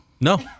No